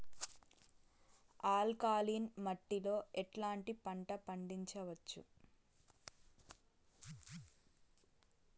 Alkaline మట్టి లో ఎట్లాంటి పంట పండించవచ్చు,?